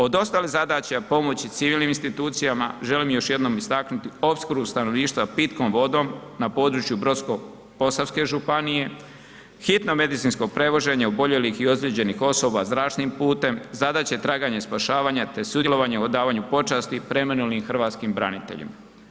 Od ostalih zadaća pomoći civilnim institucijama, želim još jednom istaknuti opskrbu stanovništva pitkom vodom na području Brodsko-posavske županije, hitno medicinsko prevoženje oboljelih i ozlijeđenih osoba zračnim putem, zadaće traganja i spašavanja te sudjelovanje u odavanju počasti preminulim hrvatskim braniteljima.